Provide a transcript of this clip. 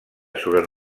sobre